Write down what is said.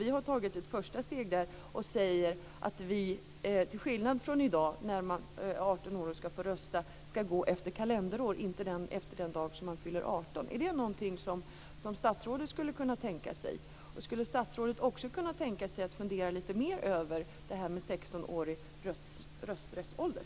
Vi har tagit ett första steg och säger att man, till skillnad från i dag då man ska vara 18 år för att få rösta, ska gå efter kalenderår, inte efter den dag då man fyller 18. Är det något som statsrådet skulle kunna tänka sig? Skulle statsrådet också kunna tänka sig att fundera lite mer över detta med 16-årig rösträttsålder?